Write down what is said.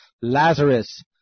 Lazarus